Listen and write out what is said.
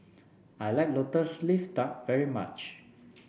I like lotus leaf duck very much